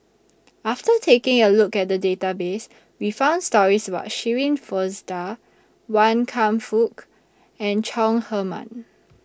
after taking A Look At The Database We found stories about Shirin Fozdar Wan Kam Fook and Chong Heman